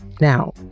now